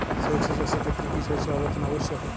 সরিষা চাষের ক্ষেত্রে কি শস্য আবর্তন আবশ্যক?